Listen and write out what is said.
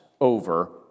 over